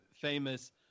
famous